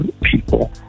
people